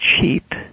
cheap